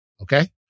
Okay